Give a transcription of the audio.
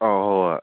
ꯑꯣ ꯍꯣꯏ ꯍꯣꯏ